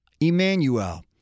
Emmanuel